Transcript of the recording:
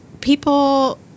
people